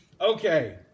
Okay